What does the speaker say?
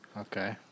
Okay